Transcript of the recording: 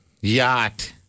Yacht